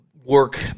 work